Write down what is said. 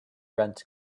rent